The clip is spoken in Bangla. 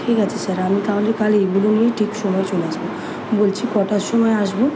ঠিক আছে স্যার আমি তাহলে কাল এইগুলো নিয়ে ঠিক সময় চলে আসব বলছি কটার সময় আসব